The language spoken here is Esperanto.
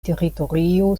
teritorio